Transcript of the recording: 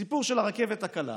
בסיפור של הרכבת הקלה